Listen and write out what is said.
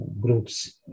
groups